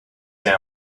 say